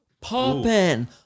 Popping